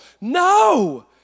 No